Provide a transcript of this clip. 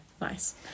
Nice